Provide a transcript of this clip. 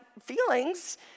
feelings